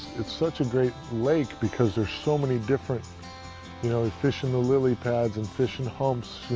it's such a great lake because there's so many different you know, fishing the lily pads and fishing humps.